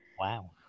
Wow